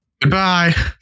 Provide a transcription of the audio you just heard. Goodbye